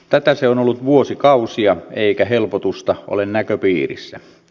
tätä se on ollut vuosikausia eikä helpotusta ole näköpiirissä